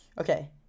Okay